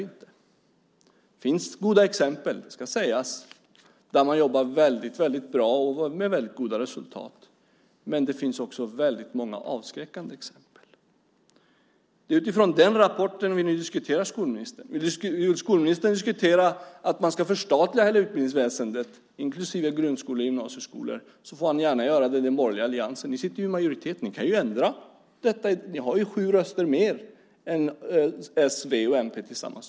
Det finns goda exempel, det ska sägas, där man jobbar väldigt bra och med väldigt goda resultat. Men det finns också väldigt många avskräckande exempel. Det är utifrån den rapporten vi nu diskuterar, skolministern. Vill skolministern diskutera att man ska förstatliga hela utbildningsväsendet, inklusive grundskolor och gymnasieskolor, så får han gärna göra det i den borgerliga alliansen. Ni sitter i majoritet. Ni kan ju ändra detta. Ni har sju röster mer än s, v och mp tillsammans.